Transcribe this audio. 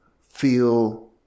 feel